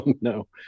no